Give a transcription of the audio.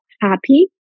happy